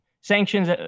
sanctions